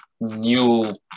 new